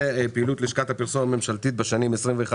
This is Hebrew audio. פעילות לשכת הפרסום הממשלתית בשנים 2022-2021